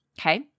okay